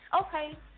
Okay